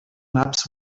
maps